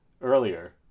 earlier